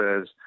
says